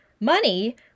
Money